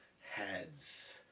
heads